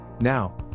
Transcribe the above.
Now